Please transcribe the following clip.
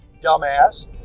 dumbass